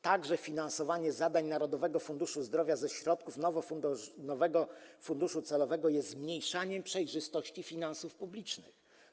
Także finansowanie zadań Narodowego Funduszu Zdrowia ze środków nowego funduszu celowego jest zmniejszaniem przejrzystości finansów publicznych.